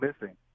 missing